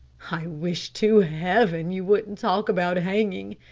i wish to heaven you wouldn't talk about hanging,